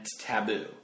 taboo